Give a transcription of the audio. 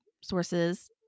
sources